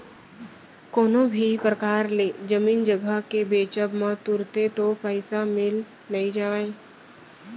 कोनो भी परकार ले जमीन जघा के बेंचब म तुरते तो पइसा मिल नइ जावय